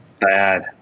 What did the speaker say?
Bad